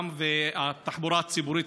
וגם התחבורה הציבורית,